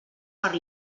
per